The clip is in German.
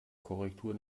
korrektur